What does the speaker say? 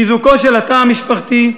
חיזוקו של התא המשפחתי,